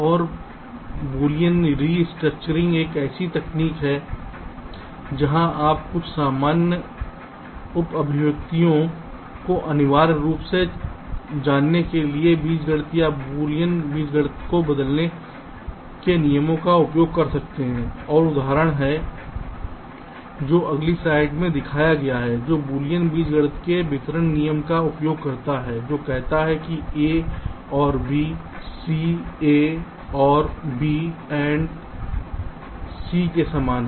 और बूलियन पुनर्गठन एक ऐसी तकनीक है जहां आप कुछ सामान्य उप अभिव्यक्तियों को अनिवार्य रूप से जानने के लिए बीजगणित या बूलियन बीजगणित को बदलने के नियमों का उपयोग कर सकते हैं और उदाहरण है जो अगली स्लाइड में दिखाया गया है जो बूलियन बीजगणित के वितरण नियम का उपयोग करता है जो कहता है कि a or B C a or b and c के समान है